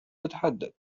تتحدث